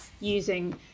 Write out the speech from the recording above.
using